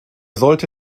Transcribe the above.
sollte